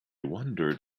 wondered